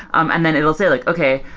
um and then it will say, like okay.